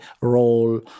role